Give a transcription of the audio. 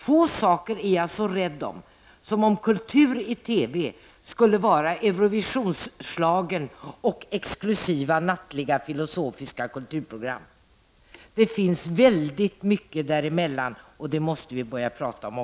Få saker är jag så rädd för som om kultur i TV skulle vara Eurovisionsschlagern och exklusiva nattliga filosofiska kulturprogram. Det finns väldigt mycket där emellan, och det måste vi också börja prata om.